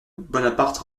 bonaparte